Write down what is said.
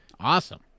Awesome